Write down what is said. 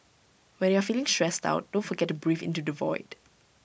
when you are feeling stressed out don't forget to breathe into the void